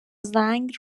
زنگ